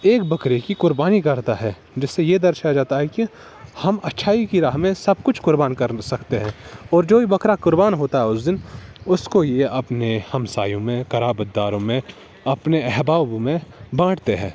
ایک بکرے کی قربانی کرتا ہے جس سے یہ درشایا جاتا ہے کہ ہم اچھائی کی راہ میں سب کچھ قربان کر سکتے ہیں اور جو بھی بکرا کربان ہوتا ہے اس دن اس کو یہ اپنے ہمسایوں میں قرابتداروں میں اپنے احبابوں میں بانٹتے ہیں